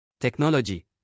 Technology